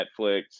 Netflix